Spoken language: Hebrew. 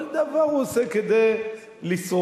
כל דבר הוא עושה כדי לשרוד.